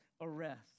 arrest